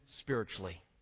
spiritually